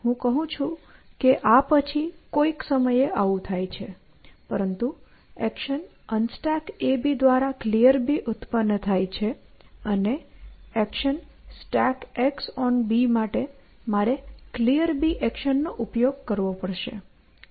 હું કહું છું કે આ પછી કોઈક સમયે આવું થાય છે પરંતુ એક્શન UnstackAB દ્વારા Clear ઉત્પન્ન થાય છે અને એક્શન StackxB માટે મારે Clear એક્શનનો ઉપયોગ કરવો પડશે